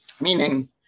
Meaning